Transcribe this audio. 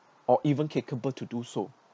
or even capable to do so